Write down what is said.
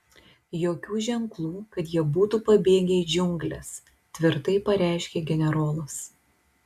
jokių ženklų kad jie būtų pabėgę į džiungles tvirtai pareiškė generolas